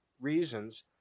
reasons